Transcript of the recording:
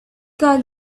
called